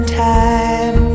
time